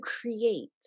create